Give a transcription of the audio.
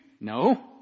No